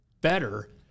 better